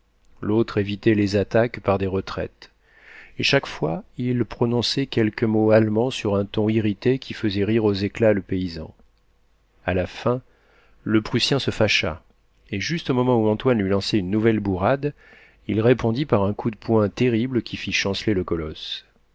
l'autre évitait les attaques par des retraites et chaque fois il prononçait quelques mots allemands sur un ton irrité qui faisait rire aux éclats le paysan a la fin le prussien se fâcha et juste au moment où antoine lui lançait une nouvelle bourrade il répondit par un coup de poing terrible qui fit chanceler le colosse